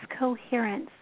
coherence